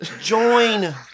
Join